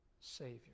Savior